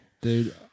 dude